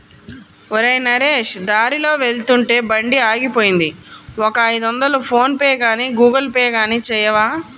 ఒరేయ్ నరేష్ దారిలో వెళ్తుంటే బండి ఆగిపోయింది ఒక ఐదొందలు ఫోన్ పేగానీ గూగుల్ పే గానీ చేయవా